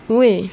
Oui